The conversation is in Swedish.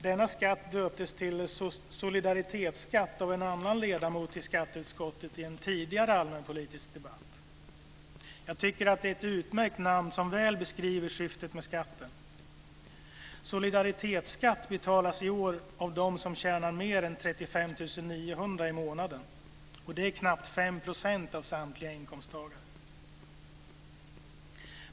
Denna skatt döptes till solidaritetsskatt av en annan ledamot i skatteutskottet i en tidigare allmänpolitisk debatt. Jag tycker att det är ett utmärkt namn som väl beskriver syftet med skatten. Solidaritetsskatt betalas i år av dem som tjänar mer än 35 900 i månaden, och det är knappt 5 % av samtliga inkomsttagare.